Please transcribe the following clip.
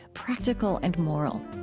practical and moral.